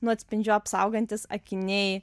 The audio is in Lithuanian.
nuo atspindžių apsaugantys akiniai